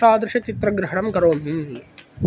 तादृश चित्रग्रहणं करोमि